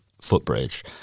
footbridge